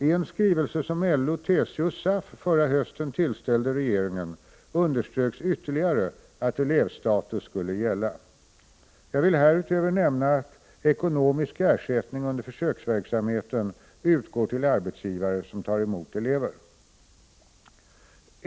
I en skrivelse som LO, TCO och SAF förra hösten tillställde regeringen underströks ytterligare att elevstatus skulle gälla. Jag vill härutöver nämna att ekonomisk ersättning under försöksverksamheten utgår till arbetsgivare som tar emot elever.